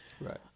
Right